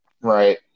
right